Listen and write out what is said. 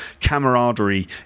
camaraderie